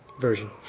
version